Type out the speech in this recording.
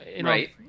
right